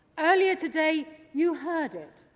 earlier today you heard it,